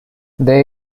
they